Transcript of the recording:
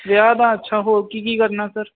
ਵਿਆਹ ਦਾ ਅੱਛਾ ਹੋਰ ਕੀ ਕੀ ਕਰਨਾ ਸਰ